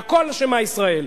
בכול אשמה ישראל.